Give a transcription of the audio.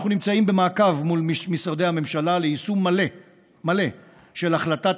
אנחנו נמצאים במעקב מול משרדי הממשלה ליישום מלא של החלטת